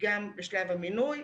גם בשלב המינוי,